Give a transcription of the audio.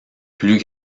plus